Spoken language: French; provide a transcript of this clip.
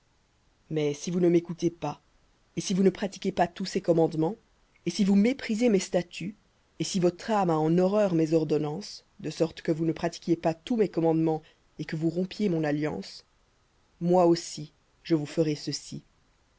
mais si vous ne m'écoutez pas et si vous ne pratiquez pas tous ces commandements et si vous méprisez mes statuts et si votre âme a en horreur mes ordonnances de sorte que vous ne pratiquiez pas tous mes commandements et que vous rompiez mon alliance moi aussi je vous ferai ceci